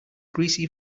greasy